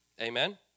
amen